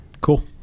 Cool